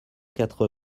quatre